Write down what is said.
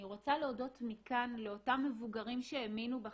אני רוצה להודות מכאן לאותם מבוגרים שהאמינו בכל,